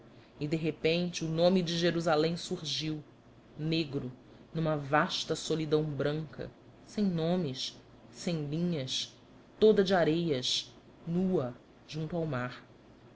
e de repente o nome de jerusalém surgiu negro numa vasta solidão branca sem nomes sem linhas toda de areias nua junto ao mar